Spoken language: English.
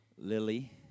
Lily